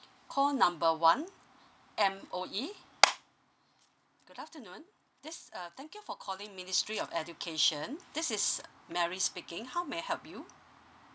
call number one M_O_E good afternoon this is thank you for calling ministry of education this is mary speaking how may I help you